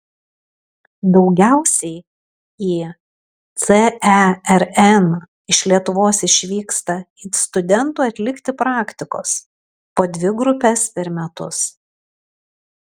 daugiausiai į cern iš lietuvos išvyksta it studentų atlikti praktikos po dvi grupes per metus